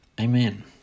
amen